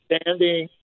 standing